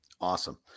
Awesome